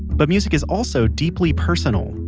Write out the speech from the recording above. but music is also deeply personal.